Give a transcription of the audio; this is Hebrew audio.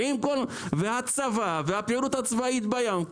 ועם הצבא והפעילות הצבאית בים.